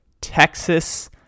Texas